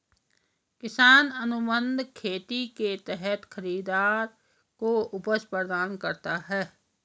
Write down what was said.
किसान अनुबंध खेती के तहत खरीदार को उपज प्रदान करता है